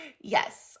Yes